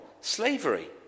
slavery